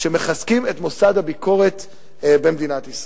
שמחזקות את מוסד הביקורת במדינת ישראל.